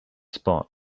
spot